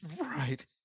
Right